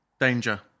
Danger